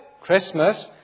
Christmas